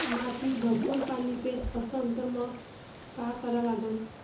माती भरपूर पाणी पेत असन तर मंग काय करा लागन?